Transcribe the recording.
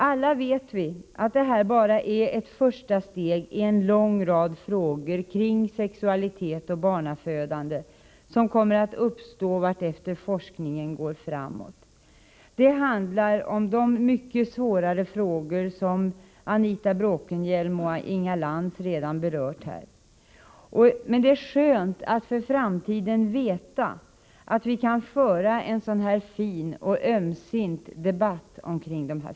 Alla vet vi att detta bara är den första i en låg rad frågor kring sexualitet och barnafödande som kommer att uppstå vartefter forskningen går framåt. Det kommer då att handla om de mycket svårare problem som Anita Bråkenhielm och Inga Lantz redan har berört. Men det är skönt att för framtiden veta att vi på detta område kan föra en så här fin och ömsint debatt.